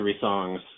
songs